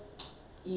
right